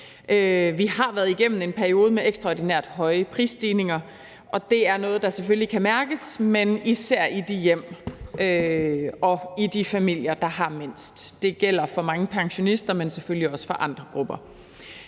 Vi har været igennem en periode med ekstraordinært høje prisstigninger, og det er noget, der selvfølgelig kan mærkes, især i de hjem og i de familier, der har mindst. Det gælder for mange pensionister, men selvfølgelig også for andre grupper.